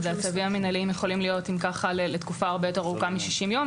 הצווים המינהליים יכולים להיות אם כך לתקופה הרבה יותר ארוכה מ-60 יום.